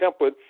template